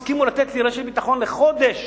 הסכימו לתת לי רשת ביטחון לחודש,